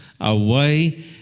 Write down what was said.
away